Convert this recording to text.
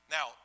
Now